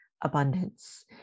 abundance